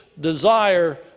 desire